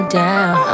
down